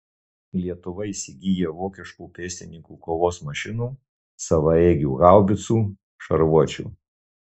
lietuva įsigyja vokiškų pėstininkų kovos mašinų savaeigių haubicų šarvuočių